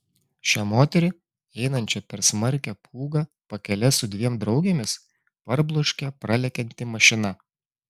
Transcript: šią moterį einančią per smarkią pūgą pakele su dviem draugėmis parbloškė pralekianti mašina